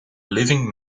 living